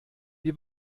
wie